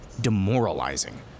Demoralizing